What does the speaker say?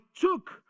took